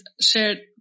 shared